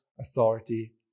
authority